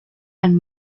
and